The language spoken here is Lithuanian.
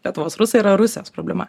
lietuvos rusai yra rusijos problema